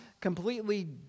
completely